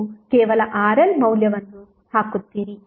ನೀವು ಕೇವಲ RL ಮೌಲ್ಯವನ್ನು ಹಾಕುತ್ತೀರಿ